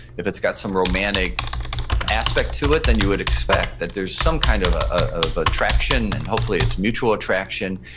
if it's got some romantic aspect to it, then you would expect that there's some kind of ah a attraction and hopefully it's mutual attraction,